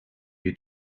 you